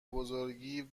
بزرگی